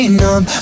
numb